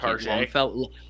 Longfellow